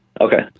Okay